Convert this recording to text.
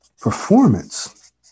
performance